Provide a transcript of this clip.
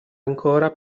ancora